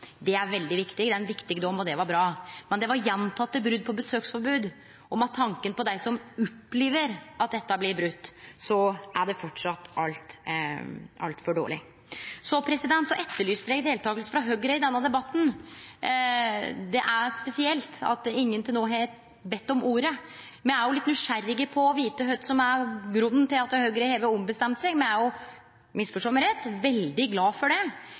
er ein viktig dom, og det var bra. Men det var for gjentekne brot på besøksforbodet, og med tanke på dei som opplever at dette blir brote, er det framleis altfor dårleg. Eg etterlyser deltaking frå Høgre i denne debatten. Det er spesielt at ingen frå partiet til no har bedt om ordet. Me er også litt nysgjerrige på å vite kva som er grunnen til at Høgre har ombestemt seg. Me er – misforstå meg rett – veldig glad for det,